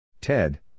Ted